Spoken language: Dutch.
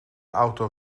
auto